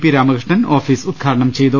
P Ramakrishnan office ഉദ്ഘാടനം ചെയ്തു